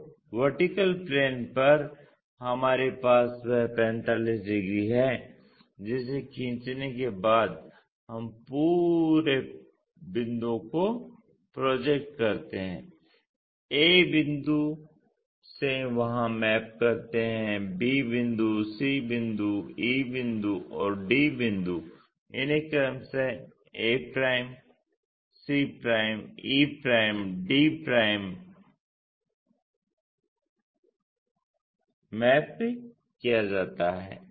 तो VP पर हमारे पास वह 45 डिग्री है जिसे खींचने के बाद हम पूरे बिंदुओं को प्रोजेक्ट करते हैं a बिंदु से वहां मैप करते है b बिंदु c बिंदु e बिंदु और d बिंदु इन्हें क्रमशः a बिंदु c e बिंदु d e बिंदु पर मैप किया जाता है